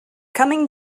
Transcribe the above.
coming